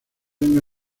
una